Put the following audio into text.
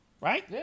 right